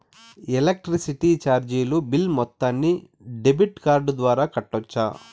Electricity చార్జీలు bill మొత్తాన్ని debit card ద్వారా కట్టొచ్చా?